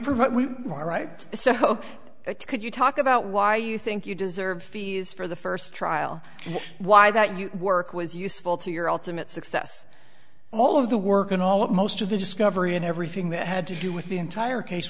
are right so could you talk about why you think you deserve fees for the first trial and why that you work was useful to your ultimate success all of the work and all of most of the discovery and everything that had to do with the entire case